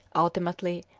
ultimately,